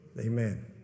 Amen